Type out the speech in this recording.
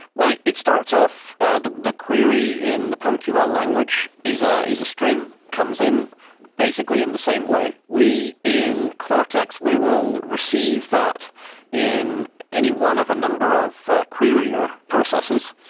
well, it it starts off the the query in the promql language is ah is a string, comes in basically in the same way. in cortex, we will receive that in any one of a number of a query or processes.